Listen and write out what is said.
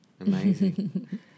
amazing